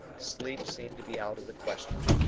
sleep seemed to be out of the question.